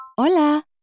Hola